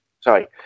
sorry